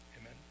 Amen